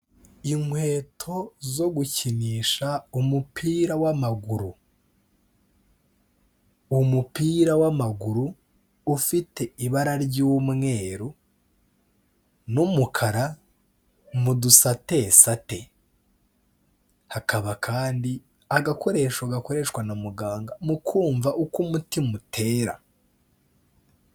Inkweto zo gukinisha umupira w'amaguru. Umupira w'amaguru ufite ibara ry'umweru n'umukara mu dusatesate. Hakaba kandi agakoresho gakoreshwa na muganga, mu kumva uko umutima utera.